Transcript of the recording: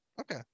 Okay